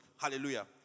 Hallelujah